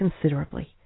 considerably